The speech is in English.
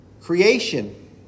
Creation